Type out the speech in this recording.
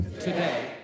today